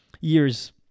years